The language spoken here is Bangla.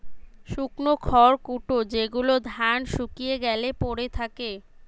শুকনো খড়কুটো যেগুলো ধান শুকিয়ে গ্যালে পড়ে থাকে